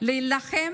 כדי להילחם